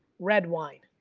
red wine,